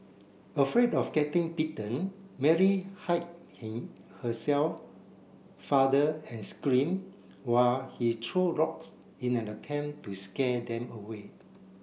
afraid of getting bitten Mary hide him herself father and screamed while he threw rocks in an attempt to scare them away